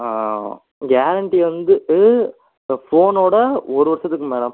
ஆ guarantee வந்துவிட்டு இந்த ஃபோனோட ஒரு வருஷத்துக்கு மேடம்